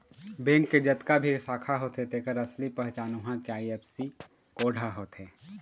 bank के जतका भी शाखा होथे तेखर असली पहचान उहां के आई.एफ.एस.सी कोड ह होथे